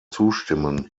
zustimmen